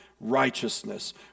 righteousness